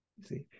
See